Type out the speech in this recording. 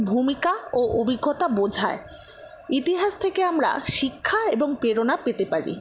ভূমিকা ও অভিজ্ঞতা বোঝায় ইতিহাস থেকে আমরা শিক্ষা এবং প্রেরণা পেতে পারি